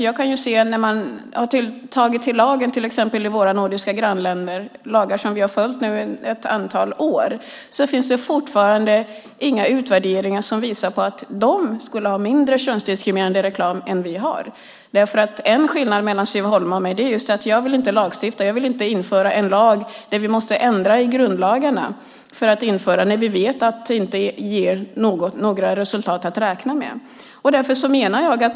Man har infört lagar till exempel i våra nordiska grannländer, lagar som vi har följt under ett antal år, men det finns fortfarande inga utvärderingar som visar att de skulle ha mindre könsdiskriminerande reklam än vi har. En skillnad mellan Siv Holma och mig är att jag inte vill lagstifta. Jag vill inte införa en lag som innebär att vi måste ändra i grundlagen när vi vet att det inte ger några resultat att räkna med.